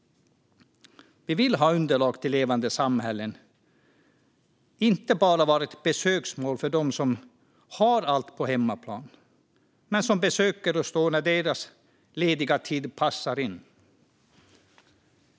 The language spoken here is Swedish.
Vi vill ha underlag för levande samhällen, inte bara vara ett besöksmål för dem som har allt på hemmaplan men som besöker oss när det passar med deras lediga tid.